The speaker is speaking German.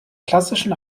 klassischen